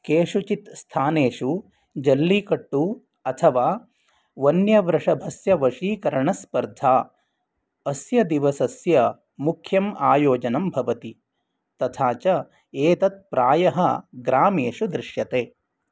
केषुचित् स्थानेषु जल्लीकट्टु अथवा वन्यवृषभस्य वशीकरणस्पर्धा अस्य दिवसस्य मुख्यम् आयोजनं भवति तथा च एतत् प्रायः ग्रामेषु दृश्यते